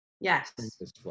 Yes